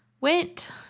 went